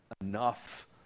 enough